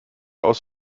aus